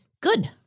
good